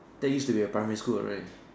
that used to be a primary school right